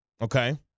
Okay